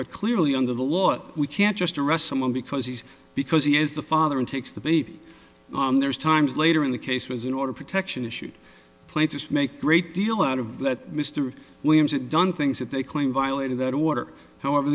but clearly under the law we can't just arrest someone because he's because he is the father and takes the baby on there's times later in the case was in order protection issues plaintiffs make great deal out of that mr williams it done things that they claim violated that order however